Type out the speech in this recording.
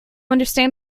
understand